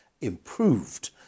improved